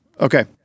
Okay